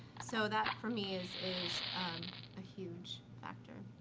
so, that, for me, is is a huge factor.